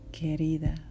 Querida